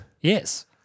Yes